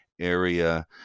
area